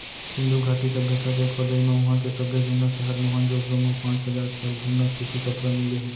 सिंधु घाटी सभ्यता के खोदई म उहां के सबले जुन्ना सहर मोहनजोदड़ो म पांच हजार साल जुन्ना सूती कपरा मिले हे